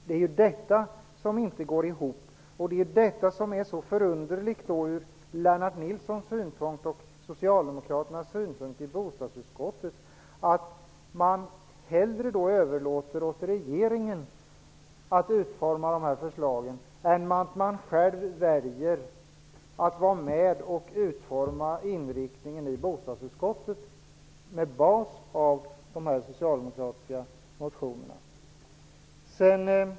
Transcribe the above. Det är ju detta som inte går ihop och som är så förunderligt, nämligen den synpunkt som Lennart Nilsson och Socialdemokraterna i bostadsutskottet har att de hellre överlåter åt regeringen att utarbeta förslag än väljer att själva vara med och utforma inriktningen i bostadsutskottet med de socialdemokratiska motionerna som bas.